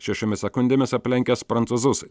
šešiomis sekundėmis aplenkęs prancūzus